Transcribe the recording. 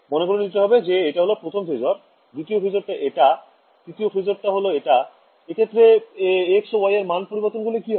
মনে করে নিতে হবে যে এটা হল প্রথম phasor দ্বিতীয় phasor টা এটা তৃতীয় phasor টা হল এটা এক্ষেত্রে x ও y এর মান পরিবর্তন করলে কি হবে